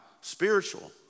spiritual